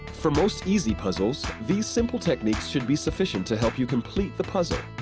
for most easy puzzles, these simple techniques should be sufficient to help you complete the puzzle.